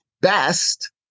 best